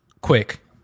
quick